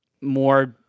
more